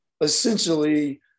essentially